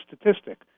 statistic